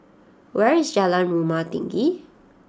where is Jalan Rumah Tinggi